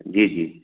जी जी